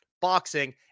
boxing